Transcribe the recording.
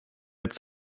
its